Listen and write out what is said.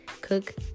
cook